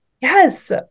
Yes